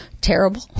terrible